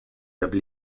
have